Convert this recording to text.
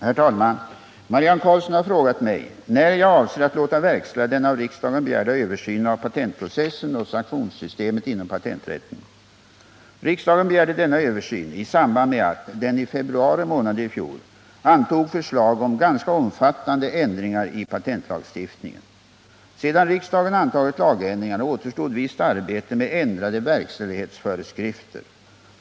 Herr talman! Marianne Karlsson har frågat mig när jag avser att låta verkställa den av riksdagen begärda översynen av patentprocessen och sanktionssystemet inom patenträtten. Riksdagen begärde denna översyn i samband med att den i februari månad i fjol antog förslag om ganska omfattande ändringar i patentlagstiftningen. Sedan riksdagen antagit lagändringarna återstod visst arbete med ändrade verkställighetsföreskrifter.